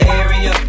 area